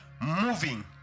moving